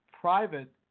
private